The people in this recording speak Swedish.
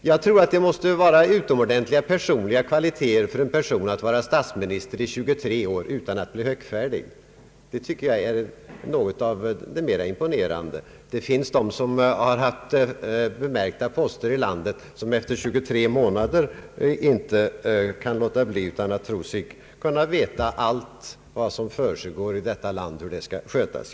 Jag tror att det måste finnas utomordentliga personliga kvaliteter hos en person, om han kan vara statsminister i 23 år utan att bli högfärdig. Detta är något mycket imponerande. Det finns personer med bemärkta poster i landet som efter 23 månader tror sig veta hur allt vad som försiggår i detta land skall skötas.